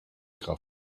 kraft